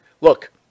look